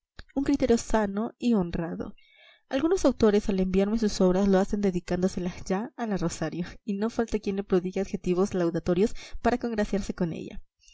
un criterio sano y honrado algunos autores al enviarme sus obras lo hacen dedicándoselas ya a la rosario y no falta quien le prodigue adjetivos laudatorios para congraciarse con ella